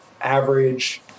average